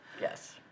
yes